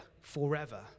forever